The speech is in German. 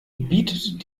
bietet